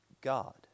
God